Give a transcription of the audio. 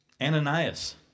Ananias